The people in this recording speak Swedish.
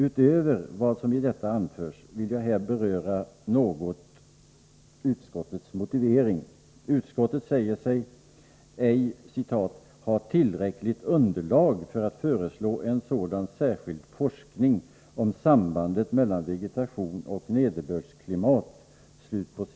Utöver vad som i detta anförs vill jag här något beröra utskottets motivering. Utskottet säger sig ej ”ha tillräckligt underlag för att föreslå en sådan särskild forskning om sambandet mellan vegetation och nederbördsklimat”.